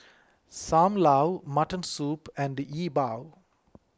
Sam Lau Mutton Soup and E Bua